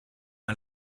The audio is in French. est